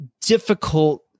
difficult